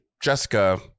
Jessica